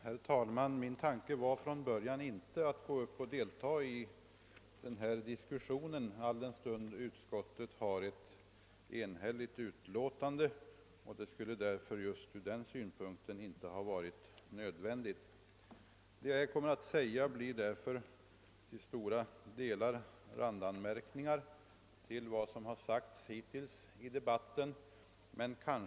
Herr talman! Min tanke var från början att inte delta i denna diskussion, alldenstund utskottets utlåtande är enhälligt. Det jag kommer att säga blir därför till stora delar randanmärkningar till det som sagts hittills i debatten.